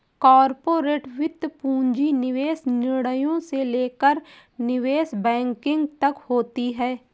corporate वित्त पूंजी निवेश निर्णयों से लेकर निवेश बैंकिंग तक होती हैं